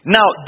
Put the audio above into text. Now